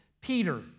Peter